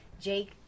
Jake